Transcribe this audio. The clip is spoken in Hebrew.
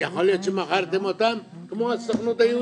יכול להיות שמכרתם אותם, כמו הסוכנות היהודית,